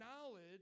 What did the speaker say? knowledge –